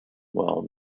while